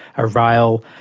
a rail,